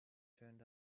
turned